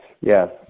yes